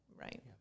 Right